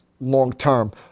long-term